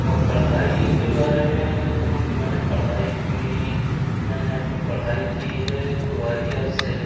اور پڑھائی کے بارے میں اگر کہوں تو میں نے پڑھائی اپنی میں نے اپنی پڑھائی کی ہے گوالیر سے